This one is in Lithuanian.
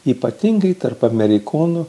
ypatingai tarp amerikonų